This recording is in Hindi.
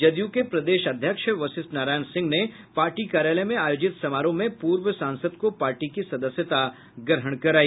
जदयू के प्रदेश अध्यक्ष वशिष्ठ नारायण सिंह ने पार्टी कार्यालय में आयोजित समारोह में पूर्व सांसद को पार्टी की सदस्यता ग्रहण कराई